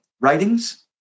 writings